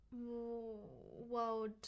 World